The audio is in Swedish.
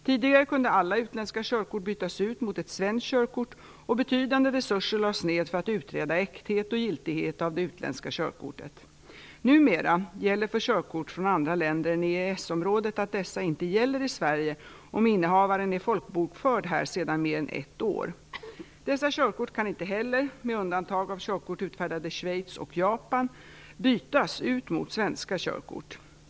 Tidigare kunde alla utländska körkort bytas ut mot ett svenskt körkort och betydande resurser lades ned för att utreda äkthet och giltighet av det utländska körkortet. Numera gäller för körkort från andra länder än EES-området att de inte gäller i Sverige om innehavaren är folkbokförd här sedan mer än ett år. Dessa körkort kan inte heller - med undantag av körkort utfärdade i Schweiz och Japan - bytas ut mot svenska körkort.